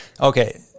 Okay